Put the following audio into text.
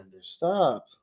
Stop